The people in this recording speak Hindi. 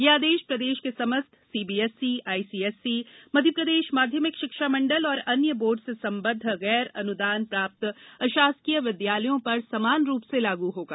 यह आदेश प्रदेश के समस्त सीबीएसई आईसीएसई मध्यप्रदेश माध्यमिक शिक्षा मंडल एवं अन्य बोर्ड से संबद्ध गैर अनुदान प्राप्त अशासकीय विद्यालयों पर समान रूप से लागू होगा